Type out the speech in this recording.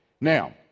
Now